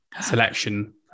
selection